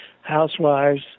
housewives